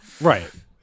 right